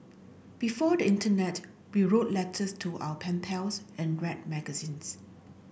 before the internet we wrote letters to our pen pals and read magazines